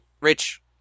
Rich